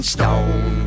Stone